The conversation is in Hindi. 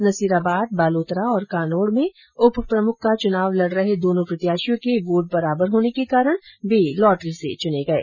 नसीराबाद बालोतरा और कानोड में उप प्रमुख का चुनाव लड रहे दोनों प्रत्याशियों के वोट बराबर होने के कारण लॉटरी से चुने गये